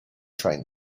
train